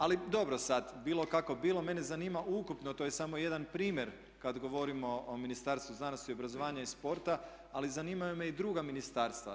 Ali dobro sad, bilo kako bilo, mene zanima ukupno, to je samo jedan primjer kad govorimo o Ministarstvu znanosti, obrazovanja i sporta, ali zanimaju me i druga ministarstva.